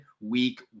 week